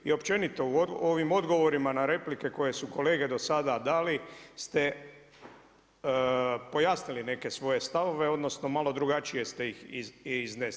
I općenito u ovim odgovorima na replike koje su kolege do sada dali ste pojasnili neke svoje stavove, odnosno malo drugačije ste ih iznesli.